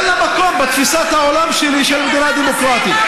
אין לה מקום בתפיסת העולם שלי של מדינה דמוקרטית.